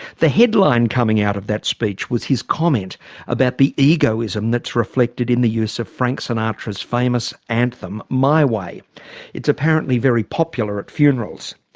the headline coming out of that speech was his comment about the egoism that's reflected in the use of frank sinatra's famous anthem my way it's apparently very popular at funerals.